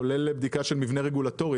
כולל בדיקה של מבנה רגולטורי.